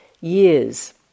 years